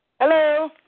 Hello